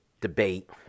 debate